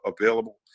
available